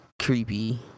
creepy